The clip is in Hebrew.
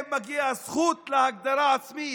שלשניהם מגיעה זכות להגדרה עצמית.